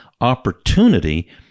opportunity